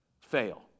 fail